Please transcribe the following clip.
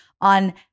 on